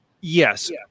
yes